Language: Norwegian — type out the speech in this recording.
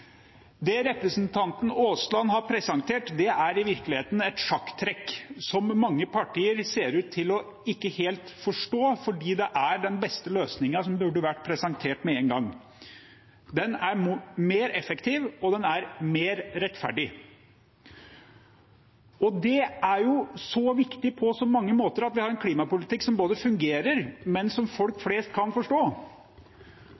Det representanten Aasland har presentert, er i virkeligheten et sjakktrekk, som mange partier ser ut til ikke helt å forstå, fordi det er den beste løsningen, som burde vært presentert med en gang. Den er mer effektiv, og den er mer rettferdig, og det er viktig på så mange måter at vi har en klimapolitikk som fungerer, men som folk